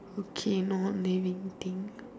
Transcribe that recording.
okay non living thing